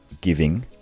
giving